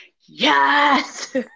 yes